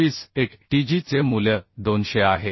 25 atg चे मूल्य 200 आहे